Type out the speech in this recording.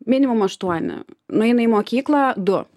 minimum aštuoni nueina į mokyklą du